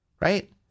right